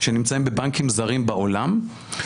שנמצאים בבנקים זרים בעולם.